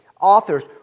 authors